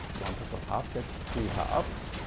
one plus one half that's three halves.